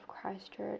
Christchurch